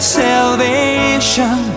salvation